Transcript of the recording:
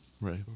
Right